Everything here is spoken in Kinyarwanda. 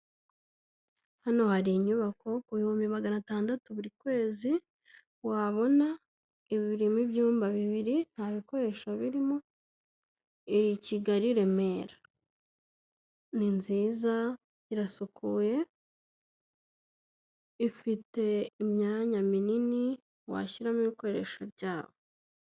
Hano hari inyubako ku bihumbi magana atandatu buri kwezi wabona, irimo ibyumba bibiri, nta bikoresho birimo, iri i Kigali, Remera. Ni nziza irasukuye, ifite imyanya minini washyiramo ibikoresho byawe.